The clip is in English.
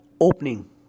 opening